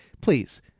please